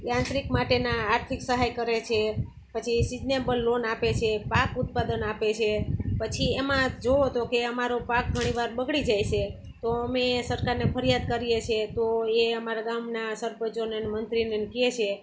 યાંત્રિક માટેના આર્થિક સહાય કરે છે પછી સિજનેબલ લોન આપે છે પાક ઉત્પાદન આપે છે પછી એમાં જુઓ તો કે અમારો પાક ઘણી વાર બગડી જાય છે તો અમે સરકારને ફરિયાદ કરીએ છીએ તો એ અમારા ગામના સરપંચોનેને મંત્રીને કહે છે